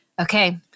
Okay